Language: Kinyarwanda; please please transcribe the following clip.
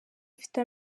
mfite